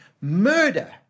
murder